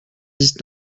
dix